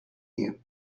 you